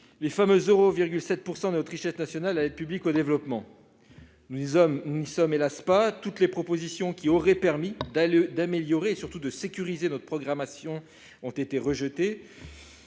les fameux 0,7 % de notre richesse nationale à l'aide publique au développement. Nous n'y sommes pas, hélas ! Toutes les propositions qui auraient permis d'améliorer, et surtout de sécuriser notre programmation ont été rejetées.